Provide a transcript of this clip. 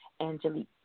Angelique